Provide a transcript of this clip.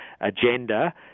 agenda